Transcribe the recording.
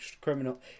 criminal